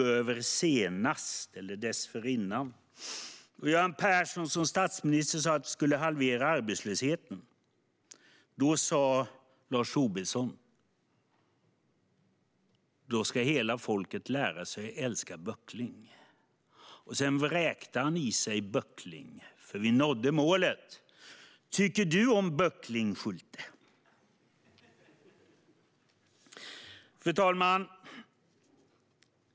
Förra gången vi tog över sa dåvarande statsminister Göran Persson att vi skulle halvera arbetslösheten. Då sa moderaten Lars Tobisson: Då ska hela folket lära sig att älska böckling. Sedan vräkte han i sig böckling, för vi nådde målet. Tycker du om böckling, Schulte? Fru talman!